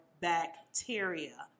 bacteria